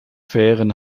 fairen